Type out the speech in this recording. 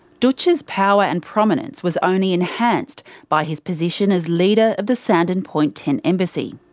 dootch's power and prominence was only enhanced by his position as leader of the sandon point tent embassy.